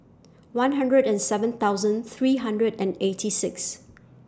one hundred and seven thousand three hundred and eighty six